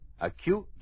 Acute